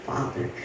Father